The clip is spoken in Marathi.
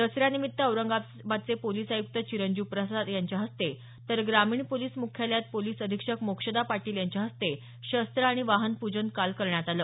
दसऱ्यानिमित्त औरंगाबादचे पोलीस आयुक्त चिरंजीव प्रसाद यांच्या हस्ते तर ग्रामीण पोलीस मुख्यालयात पोलीस अधिक्षक मोक्षदा पाटील यांच्या हस्ते शस्त्र आणि वाहन पूजन काल करण्यात आलं